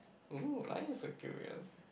!whoa! why you so curious